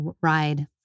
ride